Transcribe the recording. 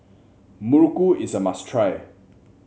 muruku is a must try